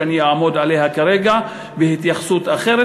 שאני אעמוד עליה כרגע בהתייחסות אחרת.